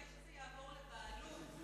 אחרי שזה יעבור לבעלות,